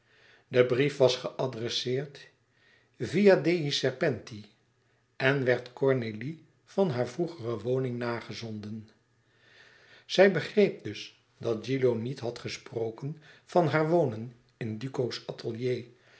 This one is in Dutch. de brief was geadresseerd via dei serpenti en werd cornélie van hare vroegere woning nagezonden zij begreep dus dat gilio niet had gesproken van haar wonen in duco's atelier